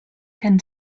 can